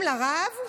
מודיעים לרב,